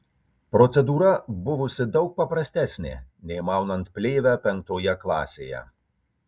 procedūra buvusi daug paprastesnė nei maunant plėvę penktoje klasėje